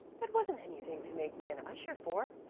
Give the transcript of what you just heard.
that wasn't anything to make me an usher for.